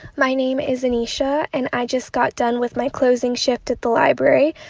my name is anecia, and i just got done with my closing shift at the library,